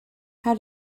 how